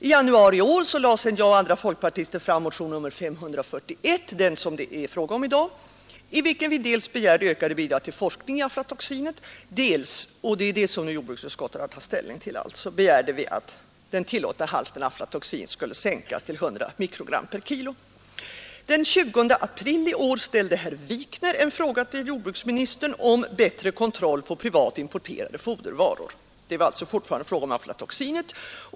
I januari i år lade jag och andra folkpartister fram motionen 541, den som det är fråga om i dag, i vilken vi dels begärde ökade bidrag till forskning om aflatoxinet, dels — och det är det som jordbruksutskottet nu har tagit ställning till — att den tillåtna halten aflatoxin skall sänkas till 100 mikrogram per kilogram. Den 20 april i år ställde herr Wikner en fråga till jordbruksministern om bättre kontroll på privat importerade fodervaror.